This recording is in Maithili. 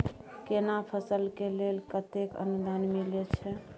केना फसल के लेल केतेक अनुदान मिलै छै?